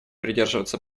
придерживаться